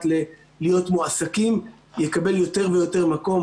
להיות מועסקים יקבל יותר ויותר מקום.